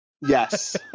Yes